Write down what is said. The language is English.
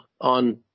on